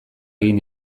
egin